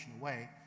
Away